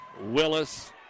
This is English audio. Willis